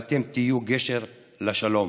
ואתם תהיו גשר לשלום.